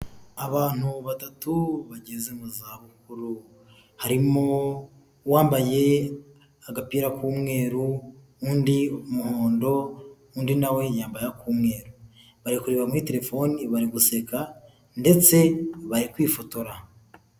Abantu batatu bageze mu zabukuru, harimo uwambaye agapira k'umweru, undi umuhondo, undi nawe yambaye ak'umweru, bari kureba muri telefoni bari guseka ndetse bari kwifotora.